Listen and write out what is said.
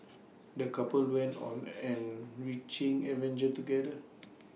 the couple went on enriching adventure together